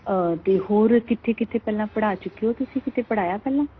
ਅਤੇ ਹੋਰ ਕਿੱਥੇ ਕਿੱਥੇ ਪਹਿਲਾਂ ਪੜ੍ਹਾ ਚੁੱਕੇ ਹੋ ਤੁਸੀਂ ਕਿਤੇ ਪੜ੍ਹਾਇਆ ਪਹਿਲਾਂ